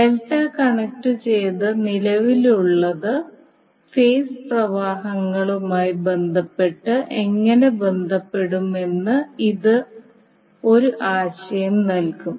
delta കണക്റ്റുചെയ്താൽ നിലവിലുള്ളത് phase പ്രവാഹങ്ങളുമായി ബന്ധപ്പെട്ട് എങ്ങനെ ബന്ധപ്പെടുമെന്ന് ഇത് ഒരു ആശയം നൽകും